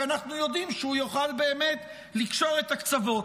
כי אנחנו יודעים שהוא יוכל באמת לקשור את הקצוות.